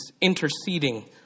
interceding